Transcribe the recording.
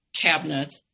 cabinet